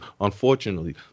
unfortunately